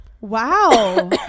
Wow